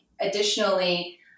additionally